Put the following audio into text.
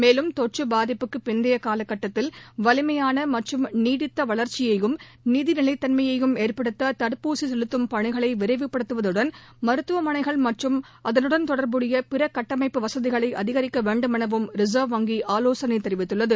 மேலும் தொற்று பாதிப்புக்கு பிந்தைய காலகட்டத்தில் வலிமையான மற்றும் நீடித்த வளர்ச்சியையும் நிதி நிலைத்தன்மையையும் ஏற்படுத்த தடுப்பூசி செலுத்தும் பணிகளை விரைவுபடுத்துவதுடன் மருத்துவமனைகள் மற்றும் அதலுடன் தொடர்புடைய பிற கட்டமைப்பு வசதிகளை அதிகரிக்க வேண்டும் எனவும் ரிசர்வ் வங்கி ஆலோசனை தெரிவித்துள்ளது